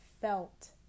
felt